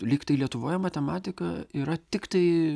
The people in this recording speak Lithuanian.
lyg tai lietuvoje matematika yra tiktai